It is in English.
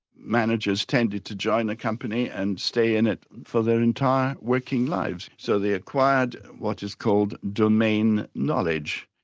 managers tended to join a company and stay in it for their entire working lives, so they acquired what is called domain knowledge.